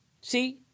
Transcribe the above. see